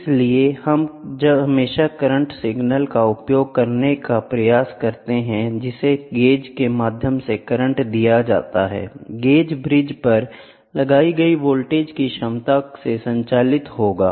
इसलिए हम हमेशा करंट सिग्नल का उपयोग करने का प्रयास करते हैं जिसे गेज के माध्यम से करंट दिया जाता है गेज ब्रिज पर लगाई गई वोल्टेज की क्षमता से संचालित होगा